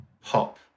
pop